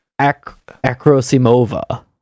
Akrosimova